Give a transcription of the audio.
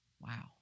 Wow